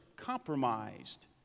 compromised